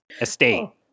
estate